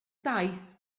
daith